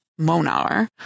Monar